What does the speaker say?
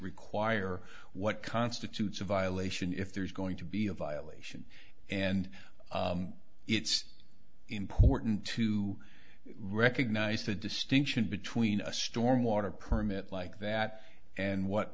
require what constitutes a violation if there's going to be a violation and it's important to recognize the distinction between a stormwater permit like that and what